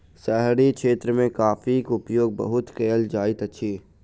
शहरी क्षेत्र मे कॉफ़ीक उपयोग बहुत कयल जाइत अछि